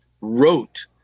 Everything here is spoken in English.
wrote